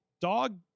dog